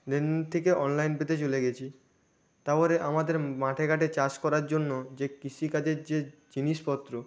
দেন থেকে online pay তে চলে গেছি তারপরে আমাদের মাঠে ঘাটে চাষ করার জন্য যে কৃষিকাজের যে জিনিসপত্র